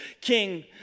king